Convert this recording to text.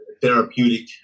therapeutic